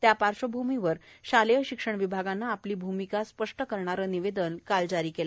त्या पार्श्वभूमीवर शालेय शिक्षण विभागानं आपली भूमिका स्पष्ट करणारं निवेदन काल जारी केलं